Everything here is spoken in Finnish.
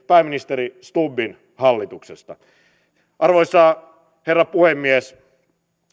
pääministeri stubbin hallituksesta arvoisa herra puhemies